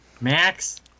Max